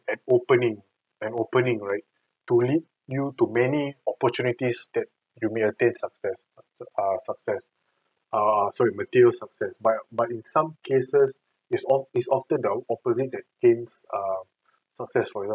an opening an opening right to lead you to many opportunities that you may obtain success err success err sorry material success but but in some cases it's oft~ it's often that I would opposite that gains err success